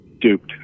duped